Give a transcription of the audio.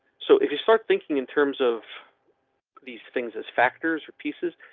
so if you start thinking in terms of these things as factors or pieces,